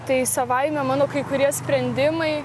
tai savaime mano kai kurie sprendimai